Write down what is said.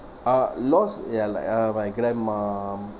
uh loss ya like uh my grandmum